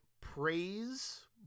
praise